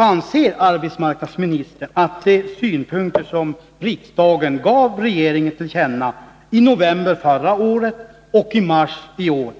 Anser arbetsmarknadsministern att de synpunkter riksdagen gav regeringen till känna i november förra året och i mars i år